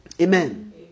Amen